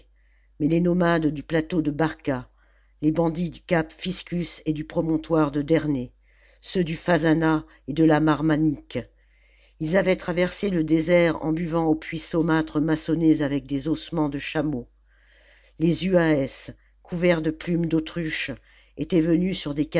mais les nomades du plateau de barca les bandits du cap phiscus et du promontoire de derné ceux du phazzana et de la maimarique ils avaient traversé le désert en buvant aux puits saumâtres maçonnés avec des ossements de chameau les zuaèces couverts de plumes d'autruche étaient venus sur des